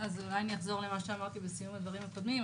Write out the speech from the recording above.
אז אולי אני אחזור על מה שאמרתי בסיום הדברים הקודמים.